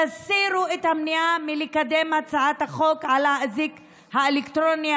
תסירו את המניעה לקדם את הצעת החוק על האזיק האלקטרוני,